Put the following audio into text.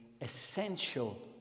essential